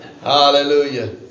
Hallelujah